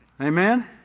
Amen